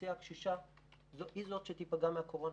האוכלוסייה הקשישה היא זאת שתיפגע מהקורונה,